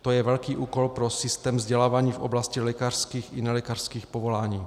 To je velký úkol pro systém vzdělávání v oblasti lékařských i nelékařských povolání.